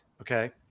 Okay